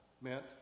meant